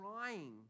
trying